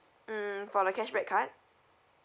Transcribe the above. um for the cashback card